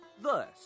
Thus